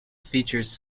features